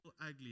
ugly